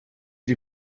die